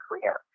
career